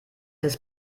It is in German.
des